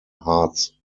hearts